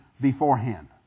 beforehand